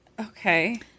okay